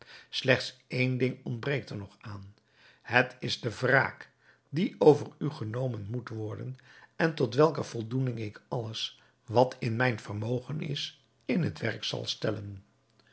slechts één ding ontbreekt er nog aan het is de wraak die over u genomen moet worden en tot welker voldoening ik alles wat in mijn vermogen is in het werk zal stellen